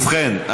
ובכן,